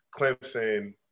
Clemson